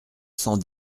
cent